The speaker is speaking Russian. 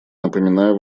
напоминаю